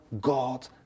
God